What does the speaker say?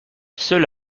ceux